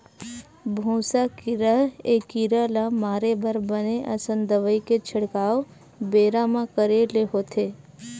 भूसा कीरा ए कीरा ल मारे बर बने असन दवई के छिड़काव बेरा म करे ले होथे